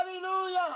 Hallelujah